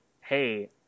Hey